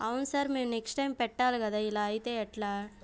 అవును సార్ మేము next time పెట్టాలి కదా ఇలా అయితే ఎట్లా